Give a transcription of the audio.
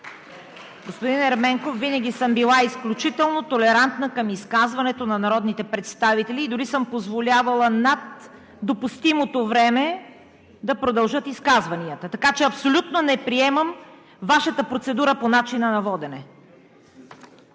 Господин Ерменков, винаги съм била изключително толерантна към изказванията на народните представители и дори съм позволявала над допустимото време да продължат изказванията им, така че абсолютно не приемам Вашата процедура по начина на водене.